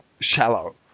shallow